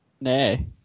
Nay